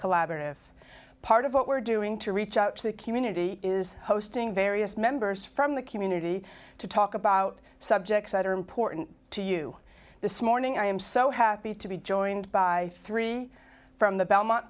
collaborative part of what we're doing to reach out to the community is hosting various members from the community to talk about subjects that are important to you this morning i am so happy to be joined by three from the belmont